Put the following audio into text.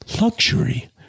Luxury